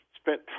spent